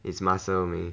is muscle mei